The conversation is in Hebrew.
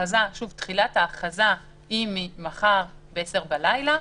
תחילת ההכרזה היא ממחר בעשר בלילה,